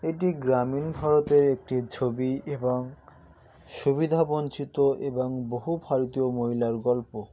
এটি গ্রামীণ ভারতের একটি ছবি এবং সুবিধাবঞ্চিত এবং বহু ভারতীয় মহিলার গল্প